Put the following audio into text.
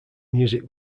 music